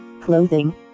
clothing